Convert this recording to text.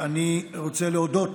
אני רוצה להודות